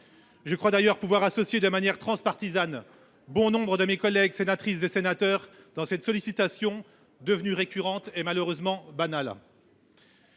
Je crois d’ailleurs pouvoir associer de manière transpartisane bon nombre de mes collègues sénateurs à ce constat, tant cette sollicitation est devenue récurrente et malheureusement banale.